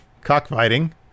Cockfighting